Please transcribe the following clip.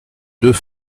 deux